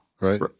right